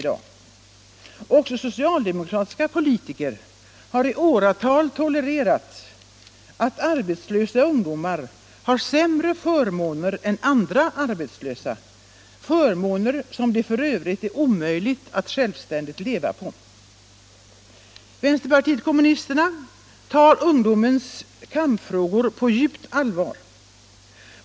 Och även socialdemokratiska politiker har i åratal tolererat att arbetslösa ungdomar har sämre förmåner än andra arbetslösa, förmåner som det f.ö. är omöjligt att självständigt leva på. Vänsterpartiet kommunisterna tar ungdomens kampfrågor på djupt allvar.